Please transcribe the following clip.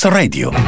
radio